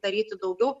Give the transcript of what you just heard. daryti daugiau